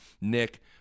Nick